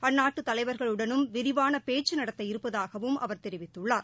அந்நாட்டு தலைவர்களுடனும் விரிவாக பேச்சு நடத்த இருப்பதாகவும் அவர் தெரிவித்துள்ளார்